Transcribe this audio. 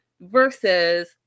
versus